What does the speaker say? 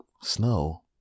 snow